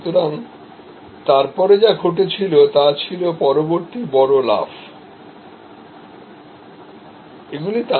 সুতরাং তারপরে যা ঘটেছিল তা ছিল পরবর্তী বড় পদক্ষেপ